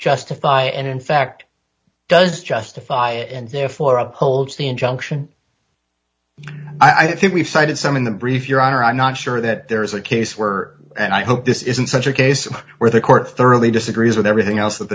justify and in fact does justify it and therefore upholds the injunction i think we've cited some in the brief your honor i'm not sure that there is a case where and i hope this isn't such a case where the court thoroughly disagrees with everything else